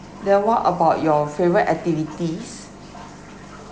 then what about your favourite activities